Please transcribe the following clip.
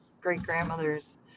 great-grandmother's